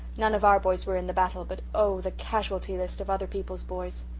none of our boys were in the battle but oh, the casualty list of other people's boys!